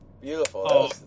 Beautiful